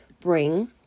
bring